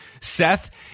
Seth